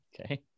Okay